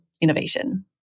innovation